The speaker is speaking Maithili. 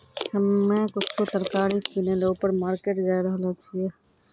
हम्मे कुछु तरकारी किनै ल ऊपर मार्केट जाय रहलो छियै